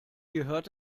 gehört